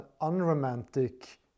unromantic